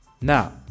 Now